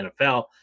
NFL